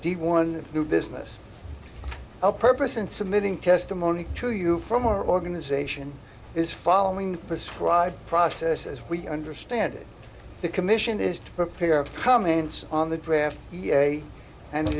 item's one new business purpose and submitting testimony to you from our organization is following prescribed process as we understand it the commission is to prepare comments on the draft and it